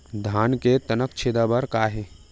धान के तनक छेदा बर का हे?